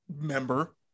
member